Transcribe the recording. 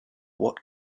what